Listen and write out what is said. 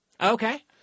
Okay